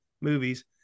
movies